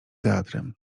teatrem